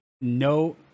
no